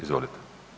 Izvolite.